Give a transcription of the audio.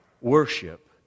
worship